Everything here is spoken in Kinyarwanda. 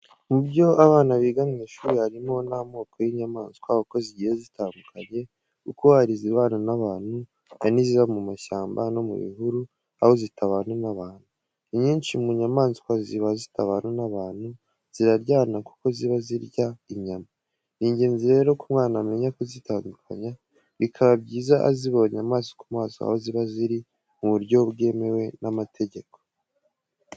Mubyo abana biga mu ishuri, harimo n'amoko y'inyamaswa, uko zigiye zitandukanye, kuko hari izibana n'abantu, hari n'iziba mu mashyamba no mu bihuru, aho zitabana n'abantu. Inyinshi mu nyamaswa ziba zitabana n'abantu, ziraryana kuko ziba zirya inyama. Ni ingenzi rero ko umwana amenya kuzitandukanya, bikaba byiza azibonye amaso ku maso aho ziba ziri mu buryo bwemewe n'amategeko.